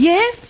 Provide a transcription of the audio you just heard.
Yes